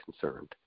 concerned